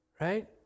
right